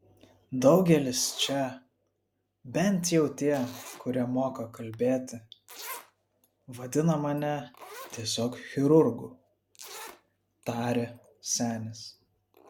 daugelis čia bent jau tie kurie moka kalbėti vadina mane tiesiog chirurgu tarė senis